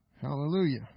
Hallelujah